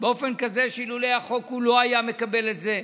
באופן כזה שאילולא החוק הוא לא היה מקבל את זה.